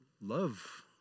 love